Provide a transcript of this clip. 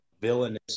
villainous